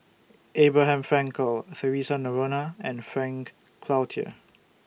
Abraham Frankel Theresa Noronha and Frank Cloutier